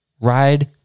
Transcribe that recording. ride